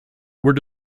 were